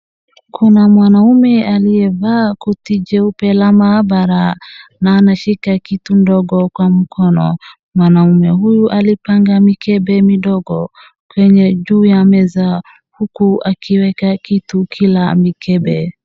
Kuna mwanaume aliyevaa koti jeupe la mahabara na anashika kitu ndogo kwa mkono, mwanaume huyu alipanga mikebe midogo kwenye juu ya meza huku akiweka kitu kila mikebe.